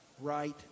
right